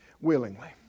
willingly